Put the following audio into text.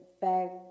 fact